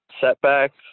setbacks